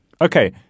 Okay